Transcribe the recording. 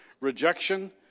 rejection